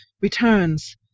returns